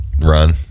run